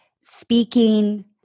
speaking